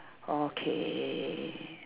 okay